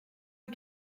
est